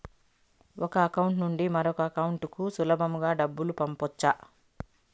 ఒక అకౌంట్ నుండి మరొక అకౌంట్ కు సులభమా డబ్బులు పంపొచ్చా